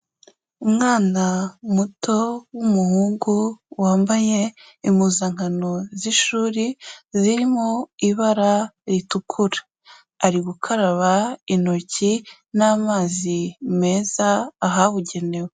Umwana muto w'umuhungu, wambaye impuzankano z'ishuri zirimo ibara ritukura, ari gukaraba intoki n'amazi meza ahabugenewe.